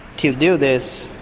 to do this,